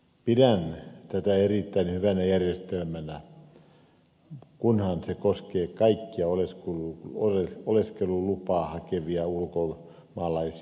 pidän tätä erittäin hyvänä järjestelmänä kunhan se koskee kaikkia oleskelulupaa hakevia ulkomaalaisia